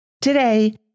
Today